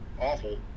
awful